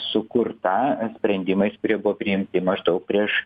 sukurta sprendimais kurie buvo priimti maždaug prieš